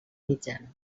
mitjana